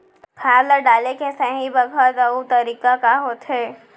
खाद ल डाले के सही बखत अऊ तरीका का होथे?